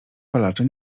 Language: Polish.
palacze